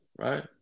right